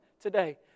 today